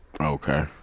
Okay